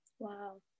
Wow